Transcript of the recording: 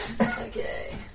Okay